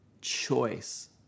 choice